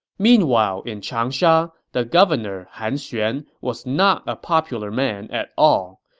meanwhile in changsha, the governor, han xuan, was not a popular man at all.